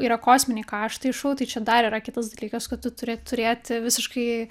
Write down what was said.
yra kosminiai kaštai šou tai čia dar yra kitas dalykas kad tu turi turėti visiškai